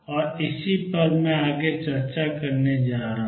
और इसी पर मैं आगे चर्चा करने जा रहा हूं